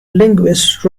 linguist